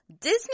Disney